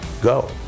go